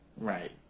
Right